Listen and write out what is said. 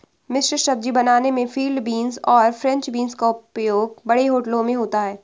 मिश्रित सब्जी बनाने में फील्ड बींस और फ्रेंच बींस का उपयोग बड़े होटलों में होता है